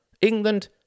England